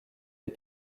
des